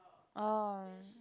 oh